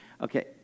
Okay